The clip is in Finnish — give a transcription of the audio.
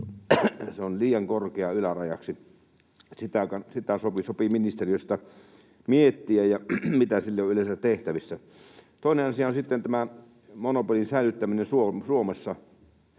liian korkea ylärajaksi. Sitä sopii ministeriössä miettiä, ja sitä, mitä sille on yleensä tehtävissä. Toinen asia on sitten tämä monopolin säilyttäminen Suomessa